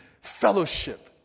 fellowship